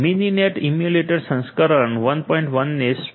Mininet emulator સંસ્કરણ version 1